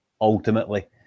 ultimately